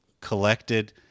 collected